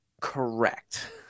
Correct